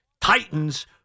Titans